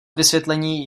vysvětlení